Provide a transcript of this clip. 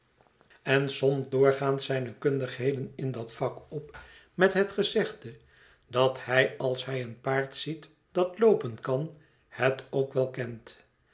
en somt doorgaans zijne kundigheden in dat vak op met het gezegde dat hij als hij een paard ziet dat loopen kan het ook wel kent